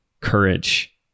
courage